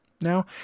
now